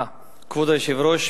כבוד היושב-ראש,